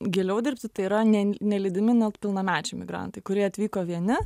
giliau dirbti tai yra ne nelydimi nepilnamečiai migrantai kurie atvyko vieni